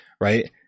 right